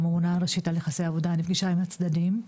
המו"מ על יחסי העבודה, נפגשה עם הצדדים,